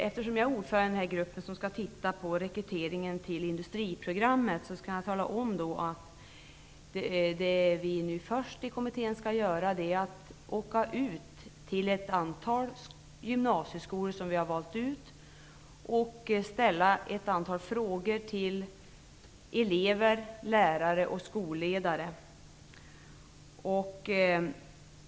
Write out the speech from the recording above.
Eftersom jag är ordförande i den grupp som skall se över rekryteringen till industriprogrammet, kan jag tala om att det som vi först skall göra i kommittén är att åka ut till ett antal gymnasieskolor, som vi har valt ut, och ställa ett antal frågor till elever, lärare och skolledare.